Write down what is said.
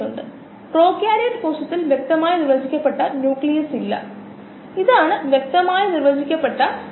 സാധാരണക്കാരന്റെ കാര്യത്തിൽ കോശങ്ങൾക്കുള്ള ഭക്ഷണമായ അസംസ്കൃത വസ്തുക്കളാണ് സബ്സ്ട്രേറ്റുകൾ ഒരു സാധാരണ ഉദാഹരണം ഗ്ലൂക്കോസ് C6H12O6